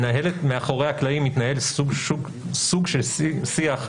מתנהל מאחורי הקלעים סוג של שיח,